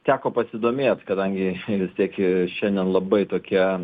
teko pasidomėt kadangi vis tiek šiandien labai tokia